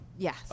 Yes